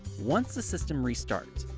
once the system restarts,